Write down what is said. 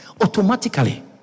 Automatically